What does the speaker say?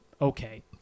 okay